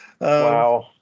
Wow